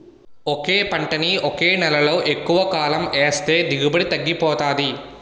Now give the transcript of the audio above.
ఒకే పంటని ఒకే నేలలో ఎక్కువకాలం ఏస్తే దిగుబడి తగ్గిపోతాది